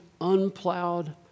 unplowed